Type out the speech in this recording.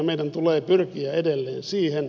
meidän tulee pyrkiä edelleen siihen